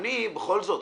בכל זאת,